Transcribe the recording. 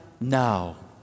now